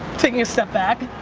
taking a step back,